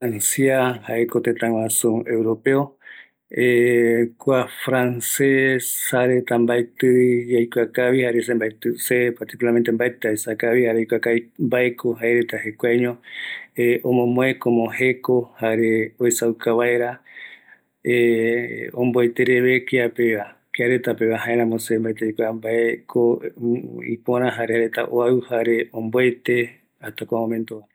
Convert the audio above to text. Francia jaevi tëtä guaju Europeo, kua franses, jaereta nbaetï yaikuakavi, jare se mbaetï se simplemente mbaeti aikua kavi, mbaeko jaereta jekuaeño omomoe como jeko, jare oesauka vaera omboete reve kiapeva, kiareta bpeva, jaeramo se mbaetï aikua mbaeko ipörä jare jaereta oaïu, jare omboete hasta kua momentova.